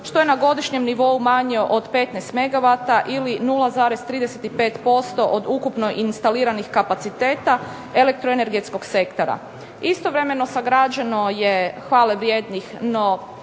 što je na godišnjem nivou manje od 15 megavata ili 0,35% od ukupno instaliranih kapaciteta elektroenergetskog sektora. Istovremeno sagrađeno je hvalevrijednih,